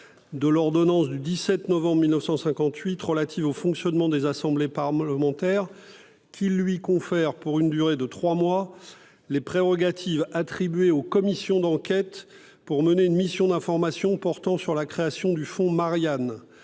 de l'ordonnance n° 58-1100 du 17 novembre 1958 relative au fonctionnement des assemblées parlementaires, qu'il lui confère, pour une durée de trois mois, les prérogatives attribuées aux commissions d'enquête pour mener une mission d'information portant sur la création du fonds Marianne,